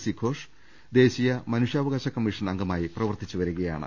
സിഘോഷ് ദേശീയ മനു ഷ്യാവകാശ കമ്മിഷൻ അംഗമായി പ്രവർത്തിച്ചു വരികയാണ്